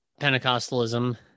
Pentecostalism